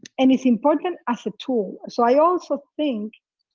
and it's important as a tool. so i also think,